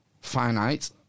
finite